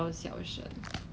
全世界 lor